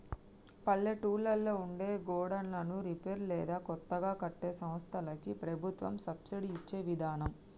పల్లెటూళ్లలో ఉండే గోడన్లను రిపేర్ లేదా కొత్తగా కట్టే సంస్థలకి ప్రభుత్వం సబ్సిడి ఇచ్చే విదానం